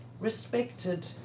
respected